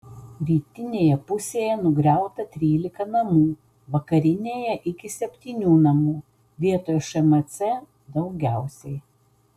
rytinėje pusėje nugriauta trylika namų vakarinėje iki septynių namų vietoje šmc daugiausiai